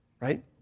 right